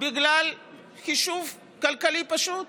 בגלל חישוב כלכלי פשוט